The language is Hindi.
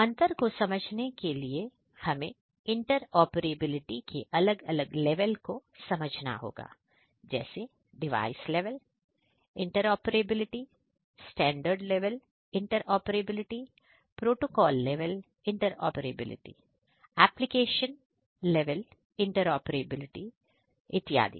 अंतर को समझने के लिए हमें इंट्रॉपरेबिलिटी के अलग अलग लेवल को समझना होगा जैसे device level inter operability standard level interoperability protocol level inter operability application level inter operability इत्यादि